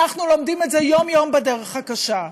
אנחנו לומדים את זה יום-יום בדרך הקשה.